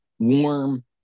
warm